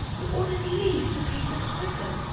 you ought at least to pay the piper.